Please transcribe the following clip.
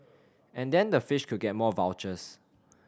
and then the fish could get more vouchers